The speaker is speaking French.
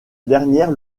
dernière